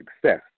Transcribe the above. success